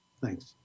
Thanks